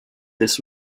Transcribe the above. this